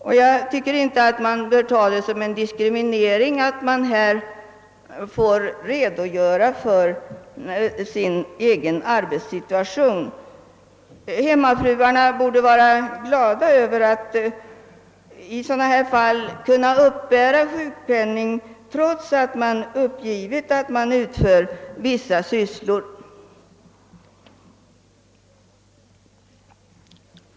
Man bör inte betrakta det som en diskriminering att man skall redogöra för sin egen arbetssituation. Hemmafruarna borde vara glada över att i sådana fall kunna uppbära sjukpenning, trots att de uppgivit att de utför vissa sysslor.